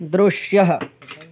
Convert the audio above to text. दृश्यः